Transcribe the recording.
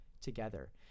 together